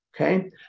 Okay